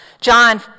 John